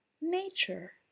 Nature